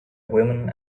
women